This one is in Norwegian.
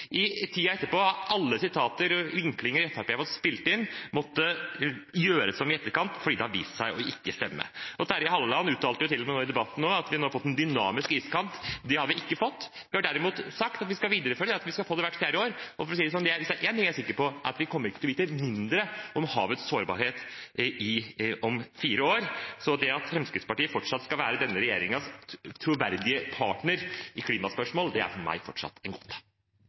I tiden etterpå har alle sitater og vinklinger Fremskrittspartiet har fått spilt inn, måttet gjøres om i etterkant fordi det har vist seg ikke å stemme. Terje Halleland uttalte til og med i debatten nå at vi nå har fått en dynamisk iskant. Det har vi ikke fått, vi har derimot sagt at vi skal videreføre dette med at vi skal få det hvert fjerde år. Og for å si det sånn: Hvis det er én ting jeg er sikker på, er det at vi ikke kommer til å vite mindre om havets sårbarhet om fire år. Så det at Fremskrittspartiet fortsatt skal være denne regjeringens troverdige partner i klimaspørsmål, er for meg fortsatt en